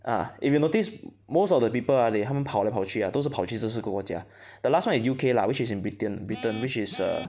uh if you noticed most of the people ah they 他们跑来跑去 ah 都是跑去这些国家 the last one is U_K lah which is in Britain Britain which is err